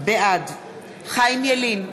בעד חיים ילין,